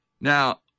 Now